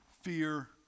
fear